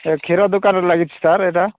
ଏ କ୍ଷୀର ଦୋକାନକୁ ଲାଗିଛି ସାର୍ ଏଇଟା